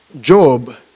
Job